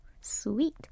Sweet